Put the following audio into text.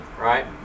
right